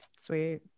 Sweet